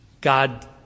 God